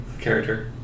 character